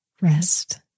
rest